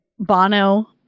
Bono